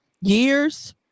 years